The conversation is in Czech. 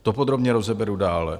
To podrobně rozeberu dále.